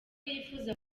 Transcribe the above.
yifuza